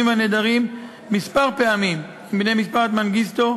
ונעדרים פעמים מספר עם בני משפחת מנגיסטו,